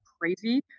crazy